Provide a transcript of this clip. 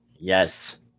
Yes